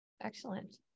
excellent